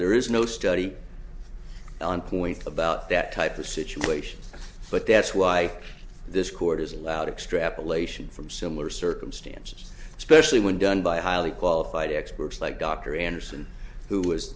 there is no study on point about that type of situation but that's why this court has allowed extrapolation from similar circumstances especially when done by highly qualified experts like dr